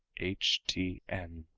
h t n.